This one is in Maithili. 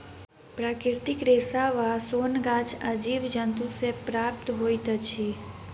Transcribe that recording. प्राकृतिक रेशा वा सोन गाछ आ जीव जन्तु सॅ प्राप्त होइत अछि